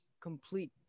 complete